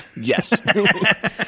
yes